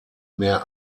mehr